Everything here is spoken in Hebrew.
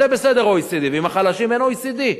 זה בסדר, OECD. ועם החלשים אין OECD?